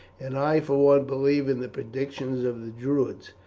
and i for one believe in the predictions of the druids.